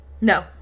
No